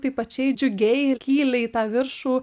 tai pačiai džiugiai ir kyli į tą viršų